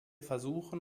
versuchen